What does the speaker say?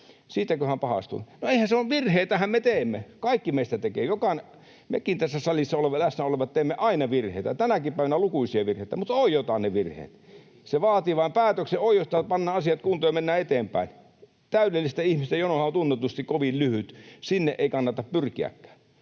Siitäkö hän pahastui? Virheitähän me teemme, kaikki meistä tekevät. Mekin tässä salissa läsnä olevat teemme aina virheitä. Tänäkin päivänä lukuisia virheitä, mutta oiotaan ne virheet. [Tuomas Kettunen: Muutkin mokaa!] Se vaatii vaan päätöksen, oiotaan, pannaan asiat kuntoon ja mennään eteenpäin. Täydellisten ihmisten jonohan on tunnetusti kovin lyhyt — sinne ei kannata pyrkiäkään.